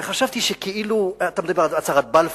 אתה מדבר על הצהרת בלפור,